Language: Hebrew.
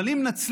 אבל אם נצליח,